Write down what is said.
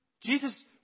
Jesus